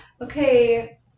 okay